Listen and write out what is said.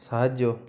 সাহায্য